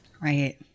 right